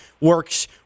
works